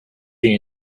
you